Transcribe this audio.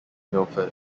milford